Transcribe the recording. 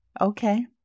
Okay